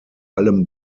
allem